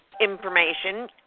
information